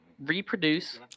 reproduce